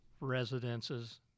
residences